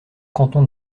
cantons